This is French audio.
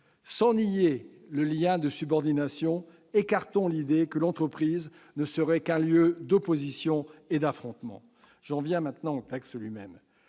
Sans nier le lien de subordination, écartons l'idée que l'entreprise ne serait qu'un lieu d'oppositions et d'affrontements. J'en viens au texte lui-même.